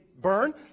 burn